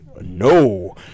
No